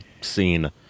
scene